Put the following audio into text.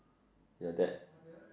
ya that